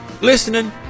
listening